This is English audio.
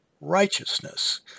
righteousness